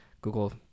Google